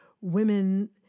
women